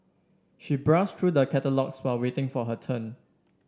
she browsed through the catalogues while waiting for her turn